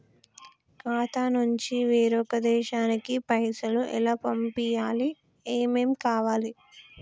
ఖాతా నుంచి వేరొక దేశానికి పైసలు ఎలా పంపియ్యాలి? ఏమేం కావాలి?